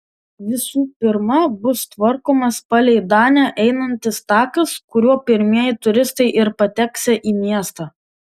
visų pirma bus tvarkomas palei danę einantis takas kuriuo pirmieji turistai ir pateksią į miestą